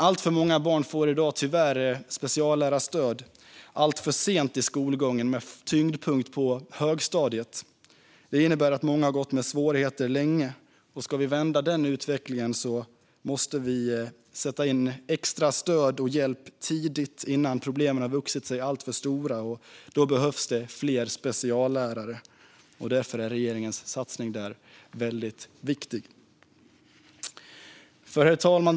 Alltför många barn får i dag tyvärr speciallärarstöd väldigt sent i skolgången, med tyngdpunkt på högstadiet. Det innebär att många har gått med svårigheter länge. Ska vi vända den utvecklingen måste vi sätta in extra stöd och hjälp tidigt, innan problemen har vuxit sig alltför stora. Då behövs det fler speciallärare. Därför är regeringens satsning där väldigt viktig. Herr talman!